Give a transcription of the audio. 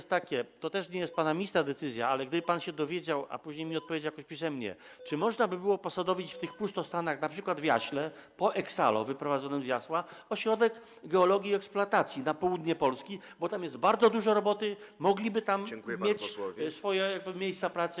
To też nie jest pana ministra decyzja, ale gdyby pan się dowiedział, a później mi odpowiedział pisemnie, czy można by było umieścić w tych pustostanach, np. w Jaśle, po Exalo wyprowadzonym z Jasła, ośrodek geologii i eksploatacji na południu Polski, bo tam jest bardzo dużo roboty, mogliby tam mieć swoje miejsca pracy.